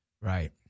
Right